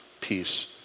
peace